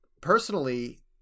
personally